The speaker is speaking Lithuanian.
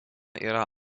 yra